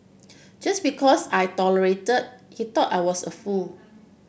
just because I tolerated he thought I was a fool